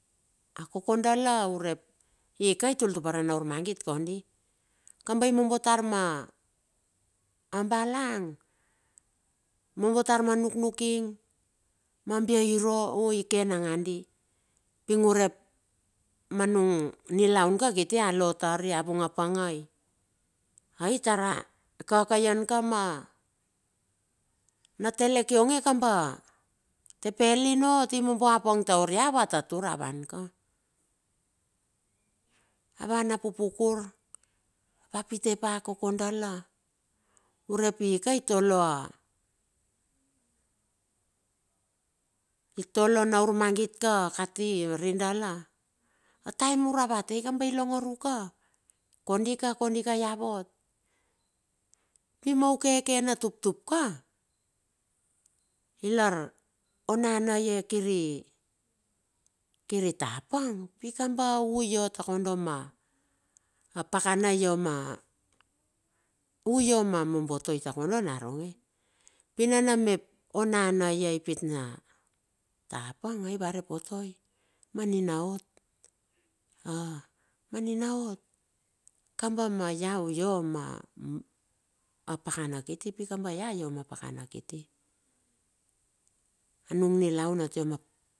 A koko dala urep ika itul tupere na urmangit kondi, kamba imombo tar ma balang mombo tar ma nuknuking ma biai iruo ike nakandi, ping urep manung nilaun ka kiti alo tari avung apangai. Ai tara kakaian ka mena telek ionge kamba a tepelin ot imombo apang taur ia waturtur a wan ka, awan a pupukua a pite pa koke dala urep ika i tolo a, itolo na urmangit ka kati ri dala ataem uravatei kamba ilongor uka, kondi ka kondi ia vot. Pi ma ukeke na tuptup ka, ona na ie kiri tapang pikamba u io takondo ma a pakana io ma, u io ma mombotoi takondo naronge. Pi nana mep onana ie ipit na tapang ai varepotoi maninaot kamba na iau io ma pakana kiti, kamba ia o ma pakana kiti.